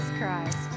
Christ